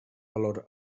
valor